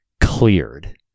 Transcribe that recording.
cleared